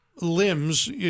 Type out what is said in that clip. limbs